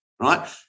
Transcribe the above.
right